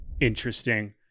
interesting